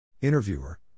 Interviewer